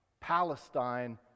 Palestine